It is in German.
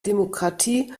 demokratie